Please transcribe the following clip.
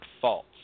false